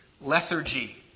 lethargy